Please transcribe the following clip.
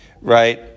right